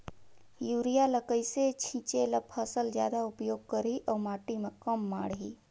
Urea ल कइसे छीचे ल फसल जादा उपयोग करही अउ माटी म कम माढ़ही?